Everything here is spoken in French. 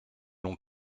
l’on